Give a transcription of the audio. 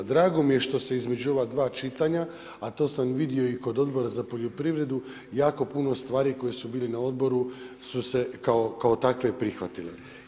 Drago mi je što se između ova dva čitanja, a to sam vidio i kod Odbor za poljoprivredu jako puno stvari koje su bili na odboru su se kao takve prihvatile.